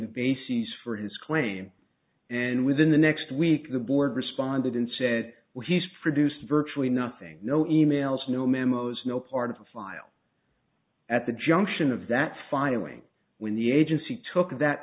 the bases for his claim and within the next week the board responded and said well he's produced virtually nothing no e mails no memos no part of the file at the junction of that filing when the agency took that